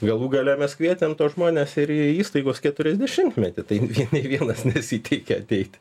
galų gale mes kvietėm tuos žmones ir į įstaigos keturiasdešimtmetį tai nei vienas nesiteikė ateiti